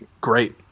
great